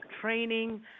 training